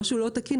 משהו לא תקין.